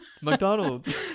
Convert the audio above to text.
McDonald's